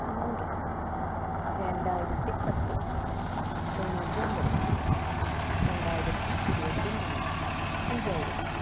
നൂറ് രണ്ടായിരത്തി പത്ത് തൊണ്ണൂറ്റൊമ്പത് രണ്ടായിരത്തി ഇരുപത്തി നാല് അഞ്ചായിരം